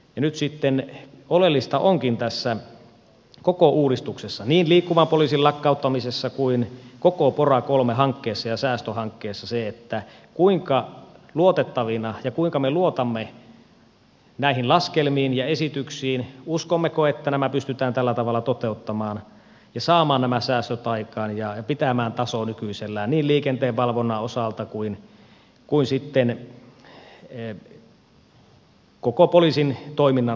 nyt sitten oleellista onkin tässä koko uudistuksessa niin liikkuvan poliisin lakkauttamisessa kuin koko pora iii hankkeessa ja säästöhankkeessa se kuinka me luotamme näihin laskelmiin ja esityksiin uskommeko että nämä pystytään tällä tavalla toteuttamaan ja saamaan nämä säästöt aikaan ja pitämään tason nykyisellään niin liikenteen valvonnan osalta kuin sitten koko poliisin toiminnan osalta